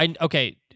okay